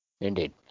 Indeed